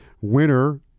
Winner